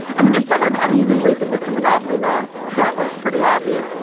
i mean, it's some of them. i didn't even read them, mr. monopoly man. that one's pretty obvious.